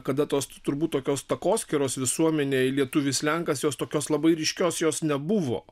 kada tos turbūt tokios takoskyros visuomenėj lietuvis lenkas jos tokios labai ryškios jos nebuvo